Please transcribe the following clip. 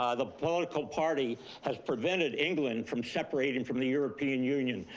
ah the political party has prevented england from separating from the european union.